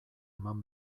eman